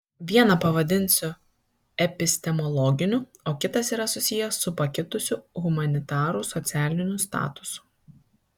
vieną pavadinsiu epistemologiniu o kitas yra susijęs su pakitusiu humanitarų socialiniu statusu